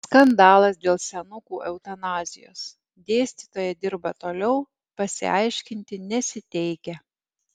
skandalas dėl senukų eutanazijos dėstytoja dirba toliau pasiaiškinti nesiteikia